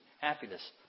happiness